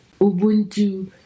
Ubuntu